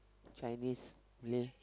Chinese Malay